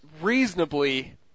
reasonably